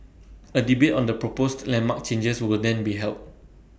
A debate on the proposed landmark changes will then be held